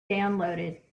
downloaded